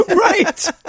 Right